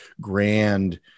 grand